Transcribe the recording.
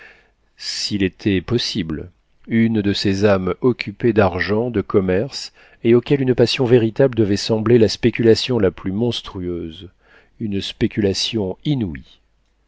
s'il était possible une de ces âmes occupées d'argent de commerce et auxquelles une passion véritable devait sembler la spéculation la plus monstrueuse une spéculation inouïe